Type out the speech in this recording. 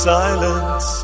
silence